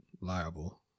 liable